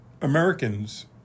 Americans